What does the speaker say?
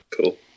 Cool